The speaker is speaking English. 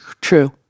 True